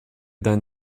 dein